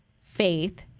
faith